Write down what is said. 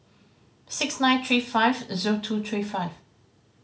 six nine three five zero two three five